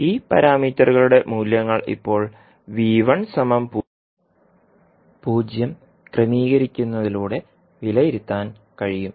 ഈ പാരാമീറ്ററുകളുടെ മൂല്യങ്ങൾ ഇപ്പോൾ ക്രമീകരിക്കുന്നതിലൂടെ വിലയിരുത്താൻ കഴിയും